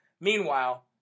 Meanwhile